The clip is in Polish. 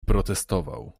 protestował